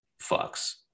fucks